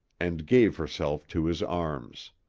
and gave herself to his arms.